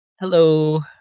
Hello